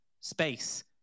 space